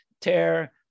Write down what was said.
tear